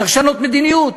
צריך לשנות מדיניות,